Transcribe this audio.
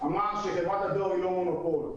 אמר שחברת הדואר היא לא מונופול.